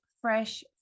fresh